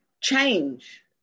change